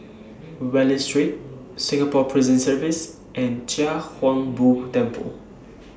Wallich Street Singapore Prison Service and Chia Hung Boo Temple